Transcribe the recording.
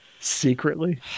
secretly